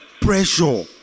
pressure